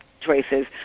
choices